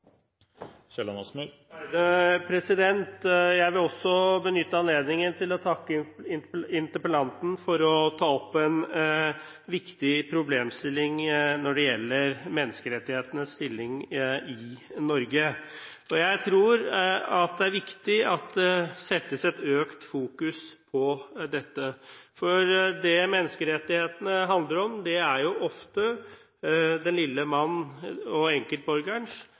Jeg vil også benytte anledningen til å takke interpellanten for å ta opp en viktig problemstilling når det gjelder menneskerettighetenes stilling i Norge. Jeg tror det er viktig at det settes et økt fokus på dette, for det menneskerettighetene handler om, er ofte den lille manns og enkeltborgerens